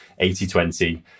80-20